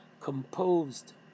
composed